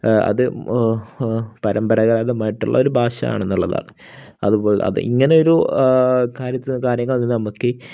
അതു പരമ്പരാഗതമായിട്ടുള്ള ഒരു ഭാഷയാണെന്നുള്ളതാണ് അതുപോലെ അത് ഇങ്ങനെയൊരു കാര്യങ്ങളന്നു നമുക്ക്